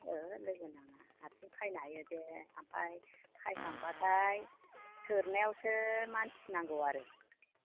नाङा लोगो नाङा हारसिं खानो हायो बे ओमफ्राय खायखांब्लाथाय थोरनाय समावसो मानसि नांगौ आरो